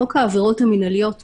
חוק העבירות המינהליות מחייב,